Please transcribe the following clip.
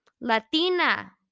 Latina